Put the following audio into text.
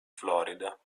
florida